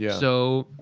yeah so,